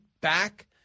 back